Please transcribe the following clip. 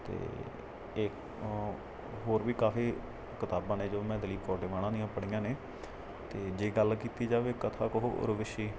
ਅਤੇ ਇੱਕ ਹੋਰ ਵੀ ਕਾਫ਼ੀ ਕਿਤਾਬਾਂ ਨੇ ਜੋ ਮੈਂ ਦਲੀਪ ਕੌਰ ਟਿਵਾਣਾ ਦੀਆਂ ਪੜ੍ਹੀਆਂ ਨੇ ਅਤੇ ਜੇ ਗੱਲ ਕੀਤੀ ਜਾਵੇ ਕਥਾ ਕਹੋ ਉਰਵਸ਼ੀ